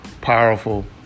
powerful